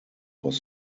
was